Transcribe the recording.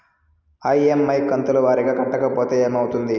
EMI కంతుల వారీగా కట్టకపోతే ఏమవుతుంది?